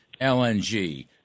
LNG